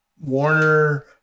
Warner